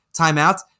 timeout